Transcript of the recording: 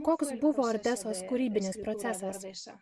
koks buvo ordesos kūrybinis procesas